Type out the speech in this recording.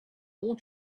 want